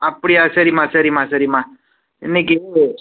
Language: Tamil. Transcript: அப்படியா சரிம்மா சரிம்மா சரிம்மா இன்னைக்கு